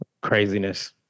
Craziness